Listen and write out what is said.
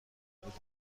بودم